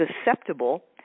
susceptible